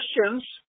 questions